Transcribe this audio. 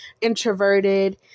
introverted